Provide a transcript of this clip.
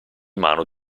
mano